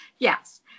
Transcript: Yes